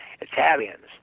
Italians